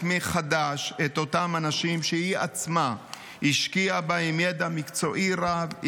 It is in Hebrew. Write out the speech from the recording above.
מחדש את אותם אנשים שהיא עצמה השקיעה בהם ידע מקצועי רב,